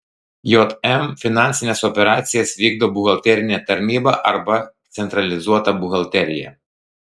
jm finansines operacijas vykdo buhalterinė tarnyba arba centralizuota buhalterija